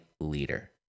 leader